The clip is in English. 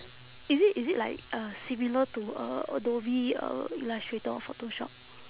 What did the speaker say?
is it is it like uh similar to uh adobe uh illustrator or photoshop